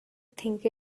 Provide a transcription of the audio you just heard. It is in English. think